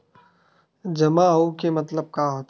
जमा आऊ के मतलब का होथे?